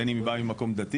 בין אם היא באה ממקום דתי,